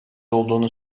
olduğunu